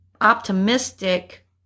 optimistic